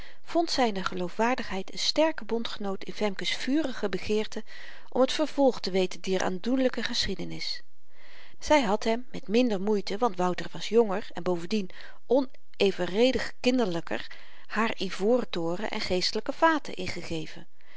zyne geloofwaardigheid een sterken bondgenoot in femke's vurige begeerte om t vervolg te weten dier aandoenlyke geschiedenis zy had hem met minder moeite want wouter was jonger en bovendien onevenredig kinderlyker haar ivoren toren en geestelyke vaten ingegeven